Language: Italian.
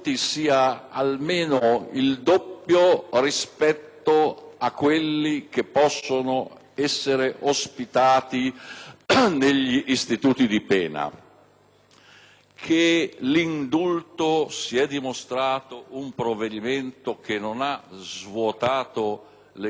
rispetto a quello di coloro che possono essere ospitati negli istituti di pena, che l'indulto si è dimostrato un provvedimento che non ha svuotato le carceri, se non per